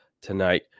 tonight